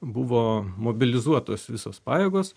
buvo mobilizuotos visos pajėgos